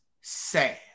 sad